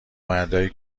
مردایی